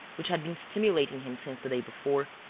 which had been stimulating him since the day before,